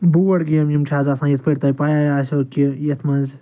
board game یِم چھِ آز آسان یِتھ پٲٹھۍ تۄہہِ پَے یے آسیو کہِ یَتھ مَنٛز